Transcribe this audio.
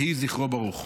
יהי זכרו ברוך.